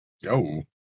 Yo